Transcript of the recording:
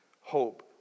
hope